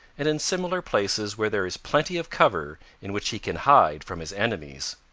and in similar places where there is plenty of cover in which he can hide from his enemies.